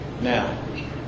Now